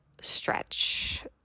stretch